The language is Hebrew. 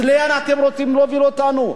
אז לאן אתם רוצים להוביל אותנו?